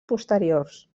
posteriors